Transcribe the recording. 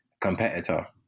competitor